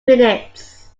minutes